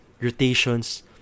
rotations